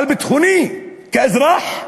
על ביטחוני כאזרח,